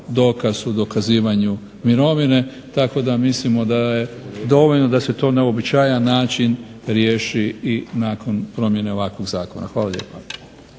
dokaz u dokazivanju mirovine. Tako da mislimo da je dovoljno da se to na uobičajan način riješi i nakon promjene ovakvih zakona. Hvala lijepa.